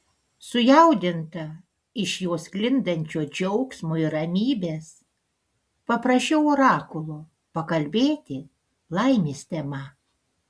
sujaudinta iš jo sklindančio džiaugsmo ir ramybės paprašiau orakulo pakalbėti laimės tema